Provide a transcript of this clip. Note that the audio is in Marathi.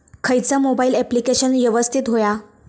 खयचा मोबाईल ऍप्लिकेशन यवस्तित होया?